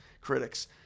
critics